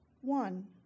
One